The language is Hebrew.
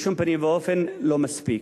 בשום פנים ואופן לא מספיק.